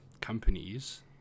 companies